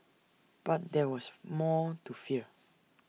but there was more to fear